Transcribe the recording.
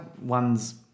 ones